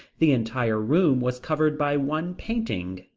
the entire room was covered by one painting,